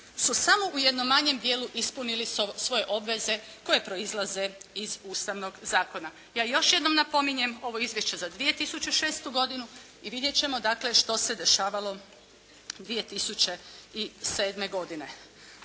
su samo u jednom manjem dijelu ispunili svoje obveze koje proizlaze iz Ustavnog zakona. Ja još jednom napominjem, ovo je izvješće za 2006. godinu i vidjet ćemo dakle što se dešavalo 2007. godine.